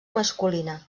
masculina